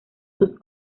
sus